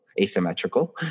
asymmetrical